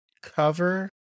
cover